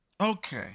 okay